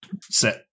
sit